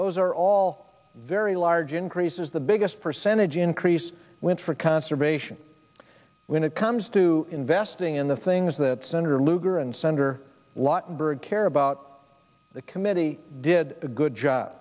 those are all very large increases the biggest percentage increase went for conservation when it comes to investing in the things that senator lugar and senator lott and byrd care about the committee did a good job